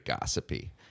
gossipy